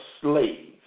slaves